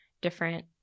different